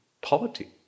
poverty